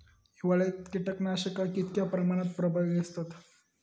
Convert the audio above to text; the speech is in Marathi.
हिवाळ्यात कीटकनाशका कीतक्या प्रमाणात प्रभावी असतत?